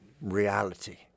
reality